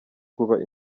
kuba